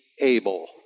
able